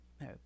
no